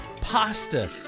pasta